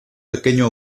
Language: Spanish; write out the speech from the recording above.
pequeño